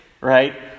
right